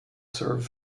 serve